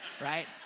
right